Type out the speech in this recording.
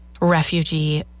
refugee